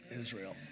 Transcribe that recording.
Israel